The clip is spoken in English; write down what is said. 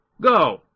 Go